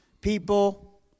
people